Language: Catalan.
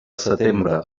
setembre